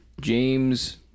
James